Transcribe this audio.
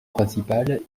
principal